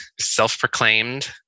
self-proclaimed